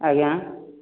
ଆଜ୍ଞା